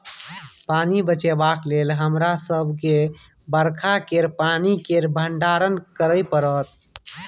पानि बचेबाक लेल हमरा सबके बरखा केर पानि केर भंडारण करय परत